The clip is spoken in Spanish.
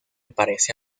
parece